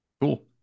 Cool